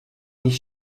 již